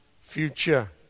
future